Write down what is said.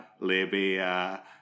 Libya